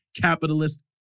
capitalist